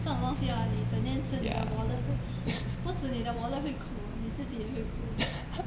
这种东西 hor 你整天吃你的 wallet 会不只你的 wallet 会哭你自己也会哭